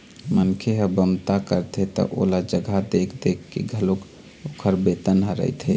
मनखे ह बमता करथे त ओला जघा देख देख के घलोक ओखर बेतन ह रहिथे